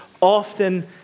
often